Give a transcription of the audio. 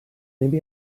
maybe